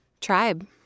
tribe